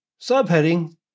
Subheading